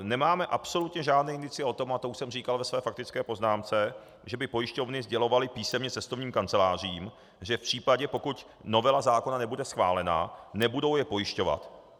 Nemáme absolutně žádné indicie o tom, a to už jsem říkal ve své faktické poznámce, že by pojišťovny sdělovaly písemně cestovním kancelářím, že v případě, pokud novela zákona nebude schválena, nebudou je pojišťovat.